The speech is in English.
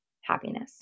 happiness